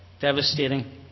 devastating